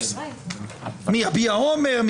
יביע אומר,